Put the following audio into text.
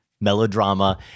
melodrama